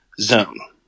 zone